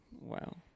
wow